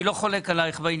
איני חולק עליך.